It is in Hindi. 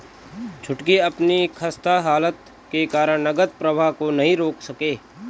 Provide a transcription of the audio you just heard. छुटकी अपनी खस्ता हालत के कारण नगद प्रवाह को नहीं रोक सके